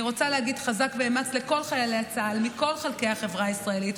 אני רוצה להגיד חזק ואמץ לכל חיילי צה"ל מכל חלקי החברה הישראלית,